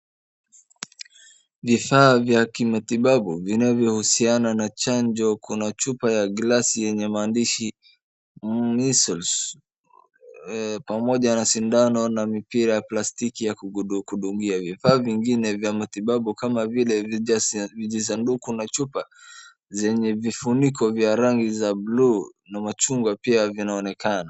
Vifaa vya matibabu vinavyohusiana na chanjo. Kuna chupa ya glasi yenye maandishi measles pamoja na sindano na mipira ya plastiki ya kudunga .Vifaa vingine vya matibabu kama vijisanduku na chupa zenye vifuniko za rangi ya buluu na machungwa pia vinaonekana.